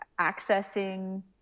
accessing